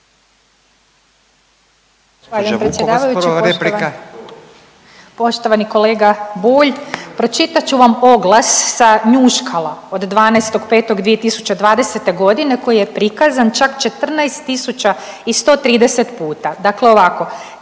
poštovani kolega Bulj, pročitat ću vam oglas sa „Njuškala“ od 12.5.2020.g. koji je prikazan čak 14 tisuća i 130 puta. Dakle ovako,